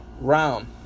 round